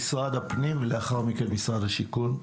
משרד הפנים ולאחר מכן משרד השיכון.